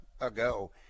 ago